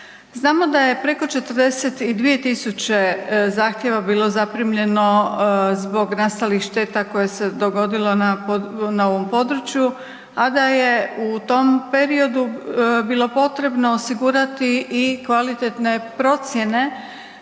Znamo da je preko 42 tisuće zahtjeva bilo zaprimljeno zbog nastalih šteta koje se dogodilo na ovom području, a da je u tom periodu bilo potrebno osigurati i kvalitetne procjene